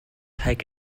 hike